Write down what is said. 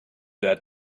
that